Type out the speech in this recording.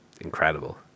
incredible